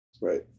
right